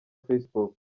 facebook